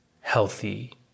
healthy